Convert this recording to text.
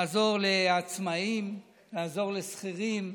לעזור לעצמאים, לעזור לשכירים,